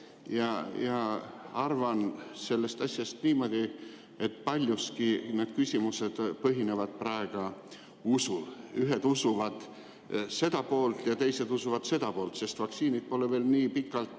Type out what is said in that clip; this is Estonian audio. ja arvan sellest asjast niimoodi, et paljuski need küsimused põhinevad praegu usul. Ühed usuvad seda poolt ja teised usuvad teist poolt, sest vaktsiinid pole veel nii pikalt,